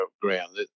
ground